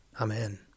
Amen